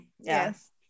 yes